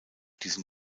diesen